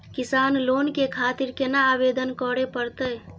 किसान लोन के खातिर केना आवेदन करें परतें?